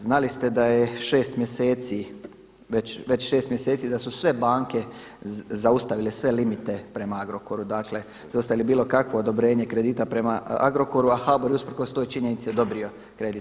Znači ste da je 6 mjeseci, već 6 mjeseci da su sve banke zaustavile sve limite prema Agrokoru, dakle zaustavile bilo kakvo odobrenje kredita prema Agrokoru a HBOR je usprkos toj činjenici odobrio kredit.